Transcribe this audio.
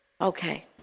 Okay